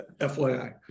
FYI